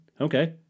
Okay